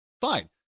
Fine